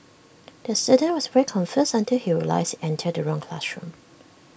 the student was very confused until he realised entered the wrong classroom